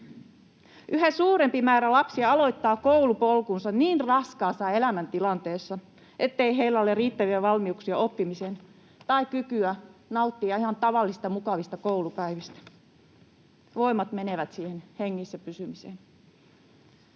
Yhä suurempi määrä lapsia aloittaa koulupolkunsa niin raskaassa elämäntilanteessa, ettei heillä ole riittäviä valmiuksia oppimiseen tai kykyä nauttia ihan tavallisista mukavista koulupäivistä. Voimat menevät siihen hengissä pysymiseen.